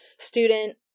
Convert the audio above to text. Student